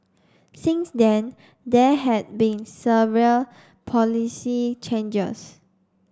since then there had been several policy changes